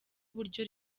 uburyo